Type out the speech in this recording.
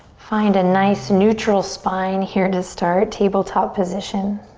find a nice neutral spine here to start, tabletop position.